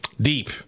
deep